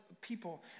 people